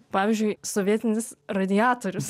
pavyzdžiui sovietinis radiatorius